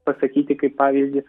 pasakyti kaip pavyzdį